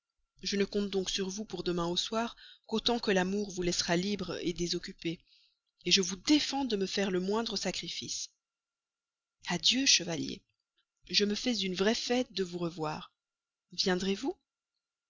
je ne compte donc sur vous pour demain au soir qu'autant que l'amour vous laissera libre désoccupé je vous défends de me faire le moindre sacrifice adieu chevalier je me fais une vrai fête de vous revoir viendrez-vous